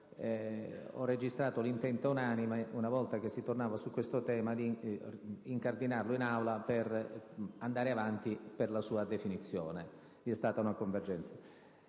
ho registrato l'intento unanime, una volta che si sarebbe tornati su questo tema, di incardinarlo in Aula per andare avanti fino alla sua definizione. In tal senso vi è stata una convergenza.